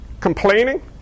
complaining